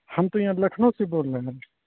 ہم تو یہاں لکھنؤ سے بول رہے ہیں